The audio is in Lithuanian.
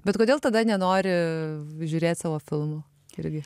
bet kodėl tada nenori žiūrėt savo filmų irgi